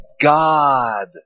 God